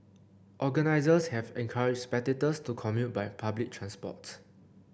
organisers have encouraged spectators to commute by public transport